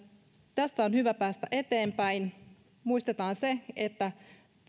tästä on hyvä päästä eteenpäin muistetaan se että